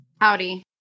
howdy